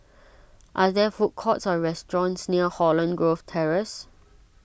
are there food courts or restaurants near Holland Grove Terrace